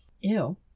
Ew